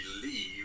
believe